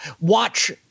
watch